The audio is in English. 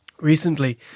recently